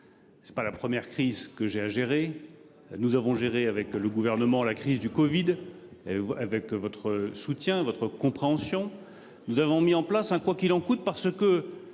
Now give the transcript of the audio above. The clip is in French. C'est pas la première crise que j'ai à gérer. Nous avons géré avec le gouvernement, la crise du Covid. Avec votre soutien, votre compréhension. Nous avons mis en place un quoi qu'il en coûte, parce que